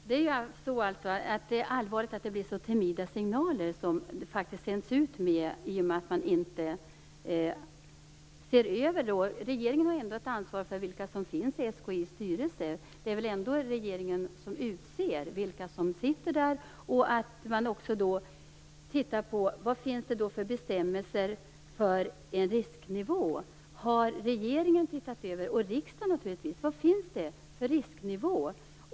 Herr talman! Det är allvarligt att det är så timida signaler som sänds ut i detta sammanhang. Regeringen har ändå ett ansvar för vilka som sitter i SKI:s styrelse. Det är väl ändå regeringen som utser dem som sitter där? Man borde också titta på vilka bestämmelser som finns när det gäller risknivån. Har regeringen - och riksdagen naturligtvis - sett över vad det finns för risknivå?